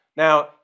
Now